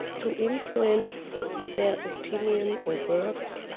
to influence their opinion or words,